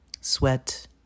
Sweat